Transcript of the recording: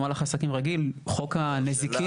במהלך עסקים רגיל, חוק הנזיקין.